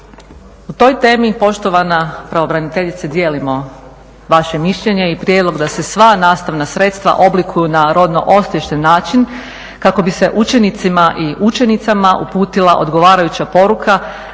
U toj temi poštovana pravobraniteljice dijelimo vaše mišljenje i prijedlog da se sva nastavna sredstva oblikuju na rodno osviješten način kako bi se učenicima i učenicama uputila odgovarajuća poruka